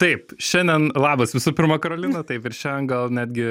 taip šiandien labas visų pirma karolina taip ir šiandien gal netgi